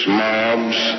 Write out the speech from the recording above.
mobs